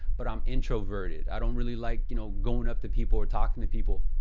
but i'm introverted. i don't really like, you know, going up to people or talking to people.